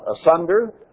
asunder